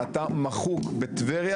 אתה מחוק בטבריה